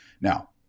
now